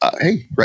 Hey